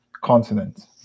continent